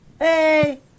hey